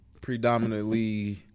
predominantly